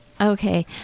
okay